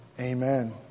amen